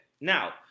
now